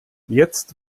jetzt